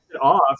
off